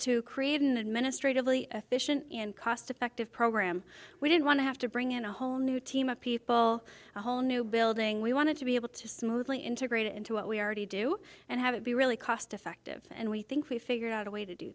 to create an administratively efficient and cost effective program we didn't want to have to bring in a whole new team of people a whole new building we wanted to be able to smoothly integrate it into what we already do and have it be really cost effective and we think we've figured out a way to do